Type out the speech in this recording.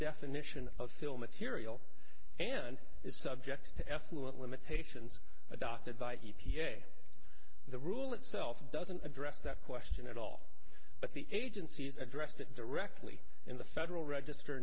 definition of fill material and is subject to effluent limitations adopted by e p a the rule itself doesn't address that question at all but the agencies addressed it directly in the federal register